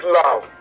love